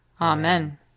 Amen